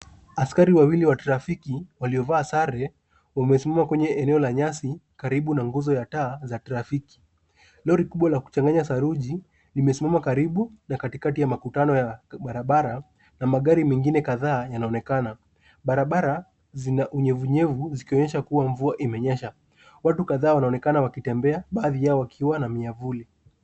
Askari wawili wa trafiki waliovaa sare wamesimama kwenye eneo la nyasi karibu na nguzo ya taa za trafiki. Lori kubwa la kuchanganya saruji limesimama karibu na katikati ya makutano ya barabara na magari mengine kadhaa yanaonekana. Barabara zina unyevunyevu zikionyesha kuwa mvua imenyesha. Watu kadhaa wanaonekana wakitembea baadhi yao wakiwa na miavuli.